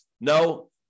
No